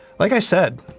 like i said,